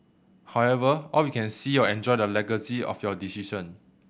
however all we can see or enjoy the legacy of your decision